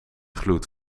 gloed